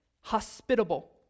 hospitable